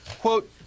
Quote